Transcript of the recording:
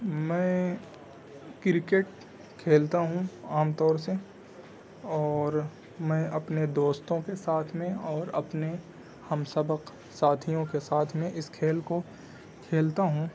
میں کرکٹ کھیلتا ہوں عام طور سے اور میں اپنے دوستوں کے ساتھ میں اور اپنے ہم سبق ساتھیوں کے ساتھ میں اس کھیل کو کھیلتا ہوں